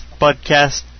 podcast